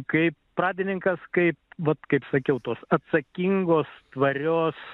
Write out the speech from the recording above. kaip pradininkas kaip vat kaip sakiau tos atsakingos tvarios